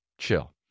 Chill